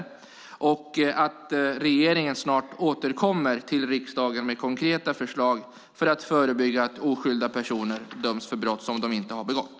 Vidare välkomnar vi att regeringen snart återkommer till riksdagen med konkreta förslag för att förebygga att oskyldiga personer döms för brott som de inte har begått.